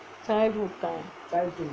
childhood time